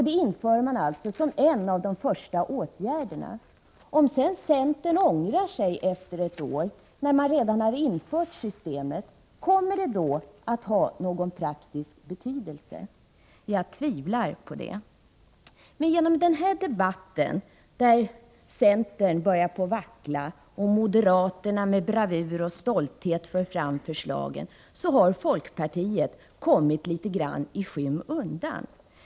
Det är en av de första åtgärderna som de skall vidta. Om sedan centern efter ett år ångrar sig, kommer det då, när systemet redan har införts, att ha någon praktisk betydelse? Jag tvivlar på det. Genom denna debatt, där centern börjar vackla och moderaterna med bravur och stolthet för fram förslagen, har folkpartiet kommit litet grand i skymundan.